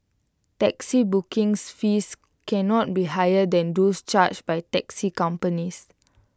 taxi booking fees cannot be higher than those charged by taxi companies